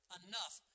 enough